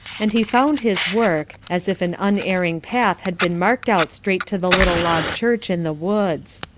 and he found his work, as if an unerring path had been marked out straight to the little log church in the woods.